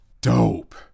dope